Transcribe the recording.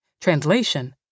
translation